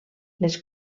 les